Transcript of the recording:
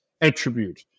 attribute